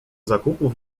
zakupów